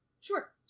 Sure